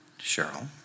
Cheryl